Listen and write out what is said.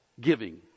giving